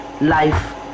life